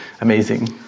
amazing